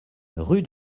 rue